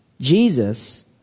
Jesus